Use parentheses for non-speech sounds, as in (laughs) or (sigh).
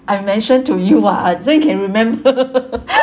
I mention to you [what] so you can remember (laughs)